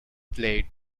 played